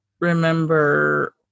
remember